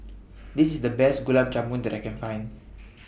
This IS The Best Gulab Jamun that I Can Find